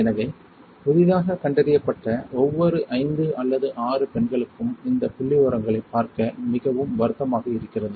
எனவே புதிதாக கண்டறியப்பட்ட ஒவ்வொரு 5 அல்லது 6 பெண்களுக்கும் இந்த புள்ளிவிவரங்களைப் பார்க்க மிகவும் வருத்தமாக இருக்கிறது